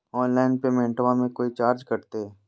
Online पेमेंटबां मे कोइ चार्ज कटते?